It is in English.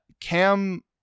Cam